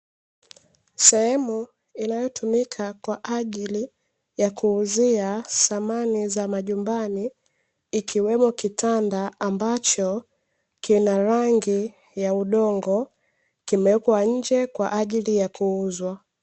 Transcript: Sehemu inayotumika kwaajili ya kuuzia samani za majumbani, ikiwemo kitanda ambacho kina rangi ya udongo kimewekwa nje kwaajili ya kuuzwa.